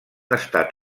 estat